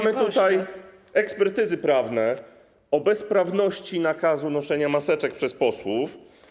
Mamy tutaj ekspertyzy prawne o bezprawności nakazu noszenia maseczek przez posłów.